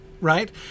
right